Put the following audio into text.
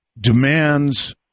demands